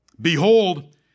Behold